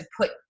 put